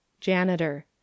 Janitor